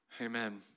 Amen